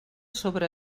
sobre